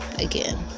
again